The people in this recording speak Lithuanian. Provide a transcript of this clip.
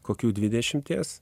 kokių dvidešimties